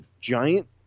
giant